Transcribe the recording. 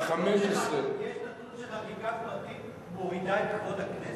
יש נתון שחקיקה פרטית מורידה את כבוד הכנסת?